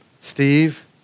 Steve